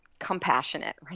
compassionate